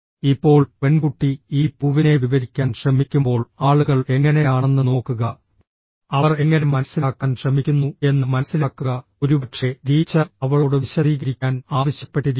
ഇപ്പോൾ പെൺകുട്ടി ഈ പൂവിനെ വിവരിക്കാൻ ശ്രമിക്കുമ്പോൾ ആളുകൾ എങ്ങനെയാണെന്ന് നോക്കുക അവർ എങ്ങനെ മനസ്സിലാക്കാൻ ശ്രമിക്കുന്നു എന്ന് മനസിലാക്കുക ഒരുപക്ഷേ ടീച്ചർ അവളോട് വിശദീകരിക്കാൻ ആവശ്യപ്പെട്ടിരിക്കാം